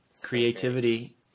Creativity